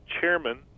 chairman